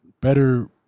better